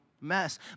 mess